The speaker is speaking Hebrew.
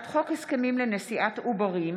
מאת חבר הכנסת עודד פורר,